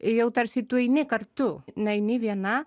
jau tarsi tu eini kartu neini viena